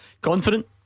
Confident